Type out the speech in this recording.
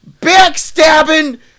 backstabbing